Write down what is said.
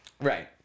Right